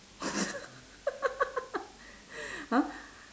!huh!